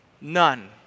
None